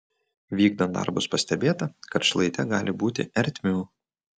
vykdant darbus pastebėta kad šlaite gali būti ertmių